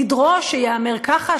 לדרוש שייאמר ככה,